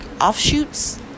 offshoots